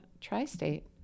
Tri-State